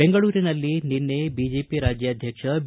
ಬೆಂಗಳೂರಿನಲ್ಲಿ ನಿನ್ನೆ ಬಿಜೆಪಿ ರಾಜ್ಯಾಧ್ಯಕ್ಷ ಬಿ